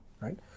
right